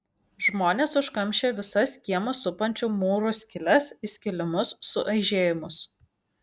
žmonės užkamšė visas kiemą supančių mūrų skyles įskilimus suaižėjimus